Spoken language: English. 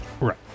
Right